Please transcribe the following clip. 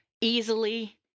easily